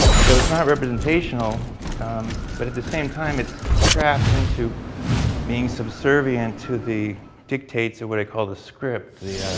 so, it's not representational but at the same time, it's trapped into being subservient to the dictates of what i call the script, the